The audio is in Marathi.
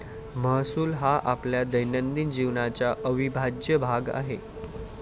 महसूल हा आपल्या दैनंदिन जीवनाचा अविभाज्य भाग आहे